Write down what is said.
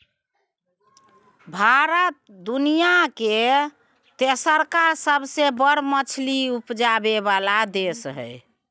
भारत दुनिया के तेसरका सबसे बड़ मछली उपजाबै वाला देश हय